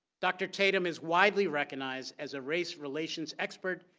dr. tatum is widely recognized as a race relations expert,